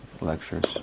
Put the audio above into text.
lectures